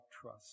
trust